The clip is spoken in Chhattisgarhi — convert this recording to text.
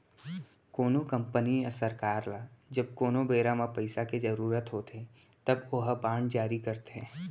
कोनो कंपनी या सरकार ल जब कोनो बेरा म पइसा के जरुरत होथे तब ओहा बांड जारी करथे